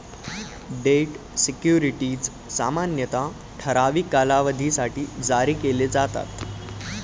date securities सामान्यतः ठराविक कालावधीसाठी जारी केले जातात